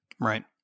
Right